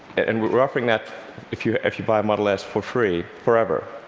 and we're offering that if you ah if you buy a model s for free, forever.